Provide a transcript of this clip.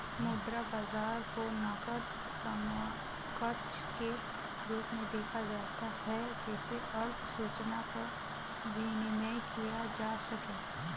मुद्रा बाजार को नकद समकक्ष के रूप में देखा जाता है जिसे अल्प सूचना पर विनिमेय किया जा सके